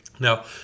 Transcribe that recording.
Now